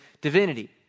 divinity